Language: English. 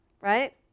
right